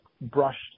brushed